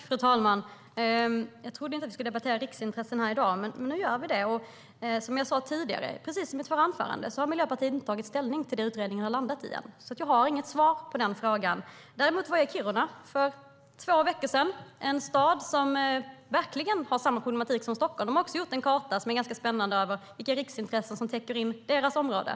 Fru talman! Jag trodde inte att vi skulle debattera riksintressen i dag, men nu gör vi det. Precis som jag sa i min förra replik har Miljöpartiet inte tagit ställning till det utredningen har landat i än. Därför har jag inget svar på frågan. Däremot var jag i Kiruna för två veckor sedan. Det är en stad som verkligen har samma problem som Stockholm. Man har även i Kiruna gjort en karta som på ett spännande sätt visar vilka riksintressen som täcker in området.